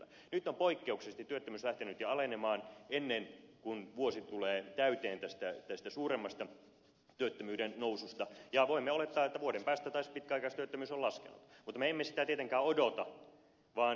nyt on poikkeuksellisesti työttömyys lähtenyt alenemaan jo ennen kuin vuosi tulee täyteen tästä suuremmasta työttömyyden noususta ja voimme olettaa että vuoden päästä taas pitkäaikaistyöttömyys on laskenut mutta me emme sitä tietenkään odota vaan teemme näitä aktiivitoimenpiteitä